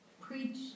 preach